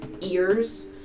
ears